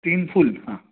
तीन फुल हां